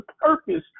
purpose